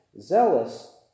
zealous